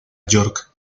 york